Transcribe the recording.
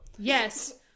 Yes